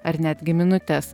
ar netgi minutes